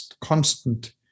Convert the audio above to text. constant